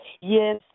Yes